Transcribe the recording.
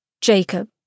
Jacob